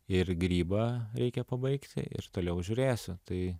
ir grybą reikia pabaigti ir toliau žiūrėsiu tai